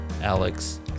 alex